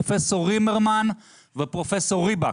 פרופ' רימרמן ופרופ' ריבק,